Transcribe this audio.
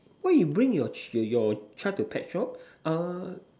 why you bring your your your child to pet shop err